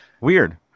Weird